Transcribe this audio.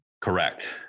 Correct